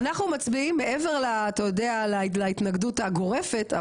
אנחנו מצביעים מעבר אתה יודע להתנגדות הגורפת,